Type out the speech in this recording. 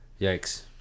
Yikes